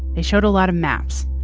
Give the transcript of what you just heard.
they showed a lot of maps.